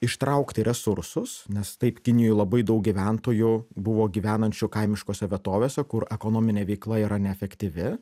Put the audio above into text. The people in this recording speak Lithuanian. ištraukti resursus nes taip kinijoj labai daug gyventojų buvo gyvenančių kaimiškose vietovėse kur ekonominė veikla yra neefektyvi